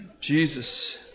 Jesus